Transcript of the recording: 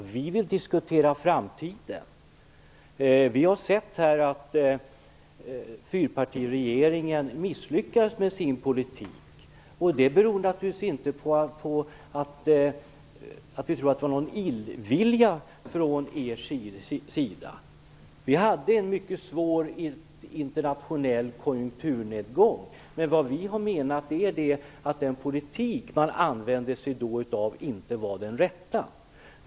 Vi vill diskutera framtiden. Vi har sett att fyrpartiregeringen misslyckades med sin politik. Vi tror naturligtvis inte att det berodde på någon illvilja från er sida. Vi hade en mycket svår internationell konjunkturnedgång. Men vi menar att den politik som man då använde sig av inte var den rätta.